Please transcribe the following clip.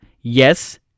yes